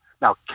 Now